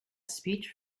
speech